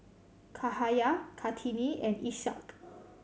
Cahaya Kartini and Ishak